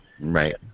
Right